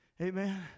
Amen